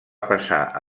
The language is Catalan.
passar